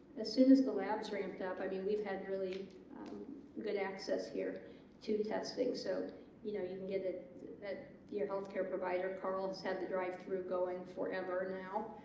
as soon as the labs ramped up i mean we've had really good access here to testing so you know you can get the the your health care provider carle's had the drive through going forever now.